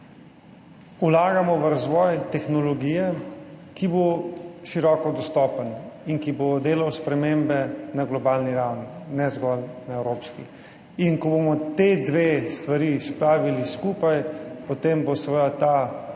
vlagamo v razvoj tehnologije, ki bo široko dostopna in ki bo delala spremembe na globalni in ne zgolj na evropski ravni. In ko bomo ti dve stvari spravili skupaj, potem bo seveda